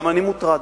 גם אני מוטרד.